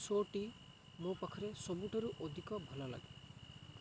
show ଟି ମୋ ପାଖରେ ସବୁଠାରୁ ଅଧିକ ଭଲ ଲାଗେ